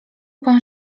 pan